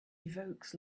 evokes